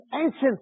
ancient